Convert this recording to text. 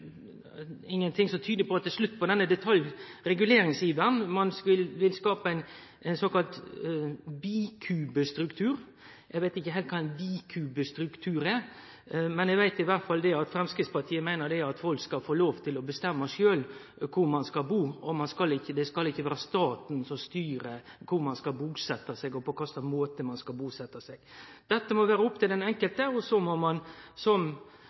ingenting som tyder på at det er slutt på denne detaljreguleringsiveren. Ein vil skape ein såkalla bikubestruktur – eg veit ikkje heilt kva ein bikubestruktur er, men eg veit iallfall at Framstegspartiet meiner at folk skal få lov til å bestemme sjølve kvar ein skal bu. Det skal ikkje vere staten som styrer kvar ein skal busetje seg, og på kva slags måte ein skal busetje seg. Dette må vere opp til den enkelte, og som folkevalde politikarar må ein